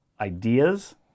ideas